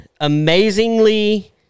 amazingly